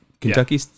Kentucky